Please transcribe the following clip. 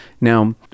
Now